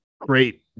great